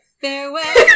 Farewell